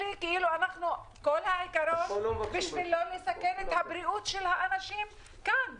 כל העיקרון הוא לא לסכן את בריאות של האנשים כאן,